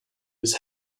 his